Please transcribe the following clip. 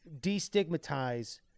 destigmatize